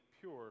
pure